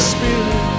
Spirit